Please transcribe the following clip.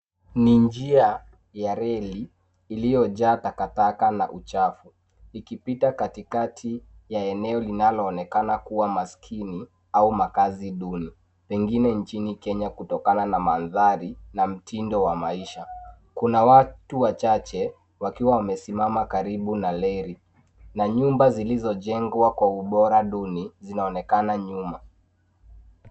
Ni njia ya reli iliyojaa takataka na uchafu ikipita katikati ya eneo linalo onekana kua maskini au makazi duni pengine nchini Kenya kutokana na mandhari na mitindo wa maisha. Kuna watu wachache wakiwa wamesimama karibu na reli na nyumba zilizojengwa kwa ubora duni zinaonekana nyuma.